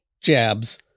jabs